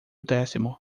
décimo